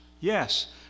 Yes